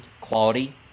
quality